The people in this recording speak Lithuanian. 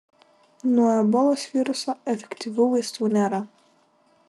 nuo ebolos viruso efektyvių vaistų nėra